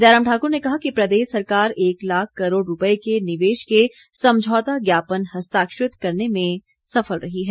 जयराम ठाकुर ने कहा कि प्रदेश सरकार एक लाख करोड़ रुपए के निवेश के समझौता ज्ञापन हस्ताक्षरित करने में सफल रही है